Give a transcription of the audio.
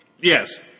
Yes